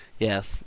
Yes